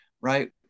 right